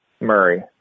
Murray